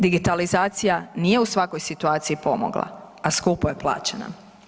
Digitalizacija nije u svakoj situaciji pomogla, a skupo je plaćena.